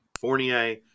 Fournier